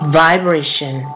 vibration